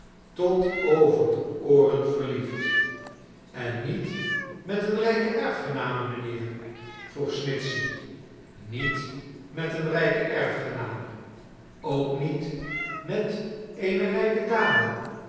tot oveir de ooren verliefd en niet met eene rijke erfgename mijnheet vroeg snitchey niet met eene rijke erfgename ook niet met eene rijke dame